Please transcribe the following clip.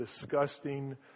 disgusting